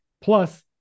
Plus